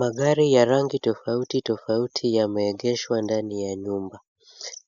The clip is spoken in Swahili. Magari ya rangi tofauti tofauti yameegeshwa ndani ya nyumba.